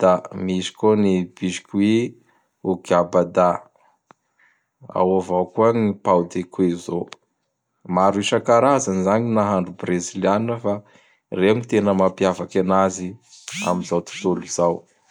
da misy koa ny Biskwy ô Giabada, ao avao koa gny pao de kwizô. Maro isakarany zagny gny nahandro brezilianina fa reo gn tena mapiavaky anazy am zao totolo zao.